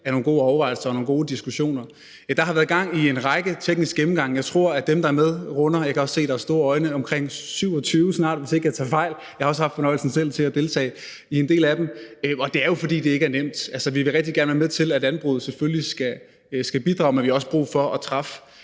nogle gode overvejelser og nogle gode diskussioner. Der har været gang i en række tekniske gennemgange. Jeg tror, at antallet runder – jeg kan også se, at der er store øjne – omkring 27, hvis ikke jeg tager fejl. Jeg har også selv haft fornøjelsen af at deltage i en del af dem. Og det er jo, fordi det ikke er nemt. Altså, vi vil rigtig gerne være med til, at landbruget selvfølgelig skal bidrage, men vi har også brug for at træffe